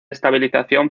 estabilización